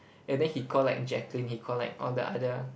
and then he call like Jacqueline he call like all the other